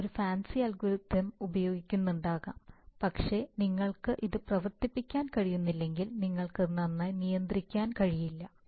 നിങ്ങൾ ഒരു fancy algorithm ഉപയോഗിക്കുന്നുണ്ടാകാം പക്ഷേ നിങ്ങൾക്ക് ഇത് പ്രവർത്തിപ്പിക്കാൻ കഴിയുന്നില്ലെങ്കിൽ നിങ്ങൾ അത് നന്നായി നിയന്ത്രിക്കാൻ കഴിയില്ല